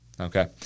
Okay